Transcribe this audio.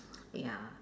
ya